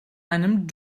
einem